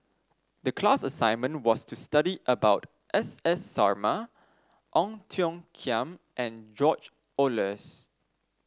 the class assignment was to study about S S Sarma Ong Tiong Khiam and George Oehlers